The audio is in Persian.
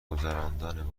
گذراندن